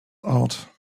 out